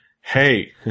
hey